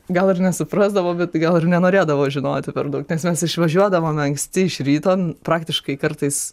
gal ir nesuprasdavo bet gal ir nenorėdavo žinoti per daug nes mes išvažiuodavom anksti iš ryto praktiškai kartais